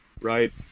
Right